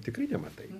tikrai nematai